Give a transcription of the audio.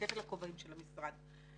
כפל הכובעים של המשרד.